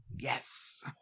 Yes